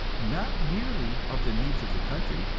not merely of the needs of the country,